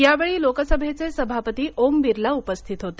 यावेळी लोकसभेचे सभापती ओम बिर्ला उपस्थित होते